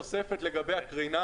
לגבי הקרינה.